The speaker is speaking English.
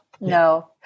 no